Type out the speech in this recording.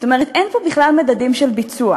זאת אומרת, אין פה בכלל מדדים של ביצוע.